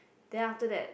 then after that